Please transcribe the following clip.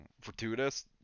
fortuitous